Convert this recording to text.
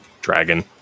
dragon